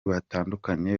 batandukanye